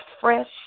fresh